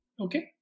Okay